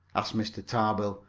asked mr. tarbill,